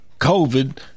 COVID